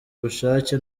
ubushake